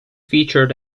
featured